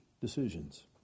decisions